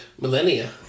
millennia